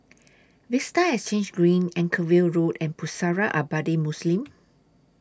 Vista Exhange Green Anchorvale Road and Pusara Abadi Muslim